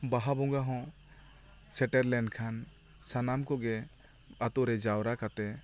ᱵᱟᱦᱟ ᱵᱚᱸᱜᱟ ᱦᱚᱸ ᱥᱮᱴᱮᱨ ᱞᱮᱱ ᱠᱷᱟᱱ ᱥᱟᱱᱟᱢ ᱠᱚᱜᱮ ᱟᱛᱳ ᱨᱮ ᱡᱟᱣᱨᱟ ᱠᱟᱛᱮ